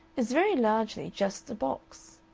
is very largely just a box.